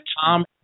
Tom